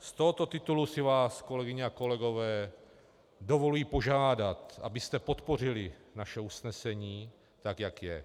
Z tohoto titulu si vás, kolegyně a kolegové, dovoluji požádat, abyste podpořili naše usnesení, jak je.